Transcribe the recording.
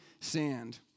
sand